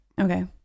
okay